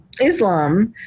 Islam